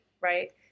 right